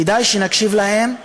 כדאי שנקשיב להם,